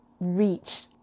reach